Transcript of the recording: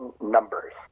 numbers